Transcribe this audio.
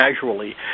casually